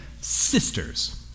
sisters